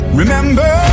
remember